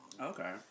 Okay